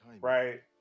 Right